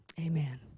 amen